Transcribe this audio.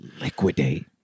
Liquidate